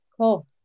cool